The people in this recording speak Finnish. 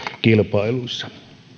kilpailussa